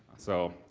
so,